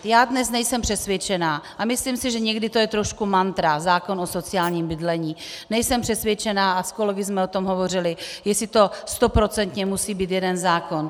Já dnes nejsem přesvědčena a myslím si, že někdy to je trošku mantra, zákon o sociálním bydlení, nejsem přesvědčena, a s kolegy jsme o tom hovořili, jestli to stoprocentně musí být jeden zákon.